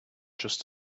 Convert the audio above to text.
just